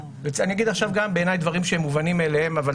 אני אגיד עכשיו גם דברים שהם מובנים מאליהם בעיניי,